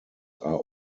are